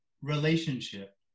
relationship